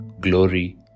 glory